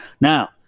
now